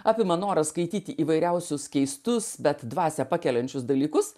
apima noras skaityti įvairiausius keistus bet dvasią pakeliančius dalykus